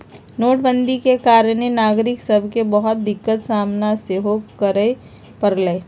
नोटबन्दि के कारणे नागरिक सभके के कुछ दिक्कत सामना सेहो करए परलइ